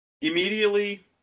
Immediately